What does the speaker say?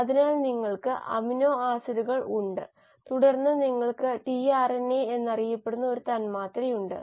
അതിനാൽ നിങ്ങൾക്ക് അമിനോ ആസിഡുകൾ ഉണ്ട് തുടർന്ന് നിങ്ങൾക്ക് ടിആർഎൻഎ എന്നറിയപ്പെടുന്ന ഒരു തന്മാത്രയുണ്ട്